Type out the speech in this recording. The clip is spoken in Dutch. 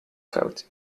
goud